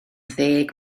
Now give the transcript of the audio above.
ddeg